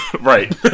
right